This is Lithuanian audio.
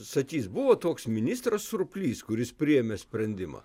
sakys buvo toks ministras surplys kuris priėmė sprendimą